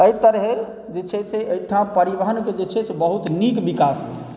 एहि तरहेँ जे छै से एहिठाम परिवहनके जे छै से बहुत नीक विकास भेलैए